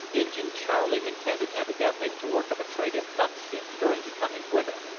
injin charley intended evidently to work up a trade in buckskin during the coming winter.